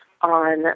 on